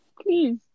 please